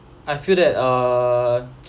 I feel that err